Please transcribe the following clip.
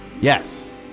Yes